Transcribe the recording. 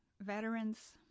veterans